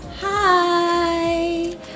Hi